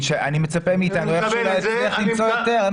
שאני מצפה מאיתנו איכשהו להצליח למצוא יותר.